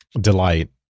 delight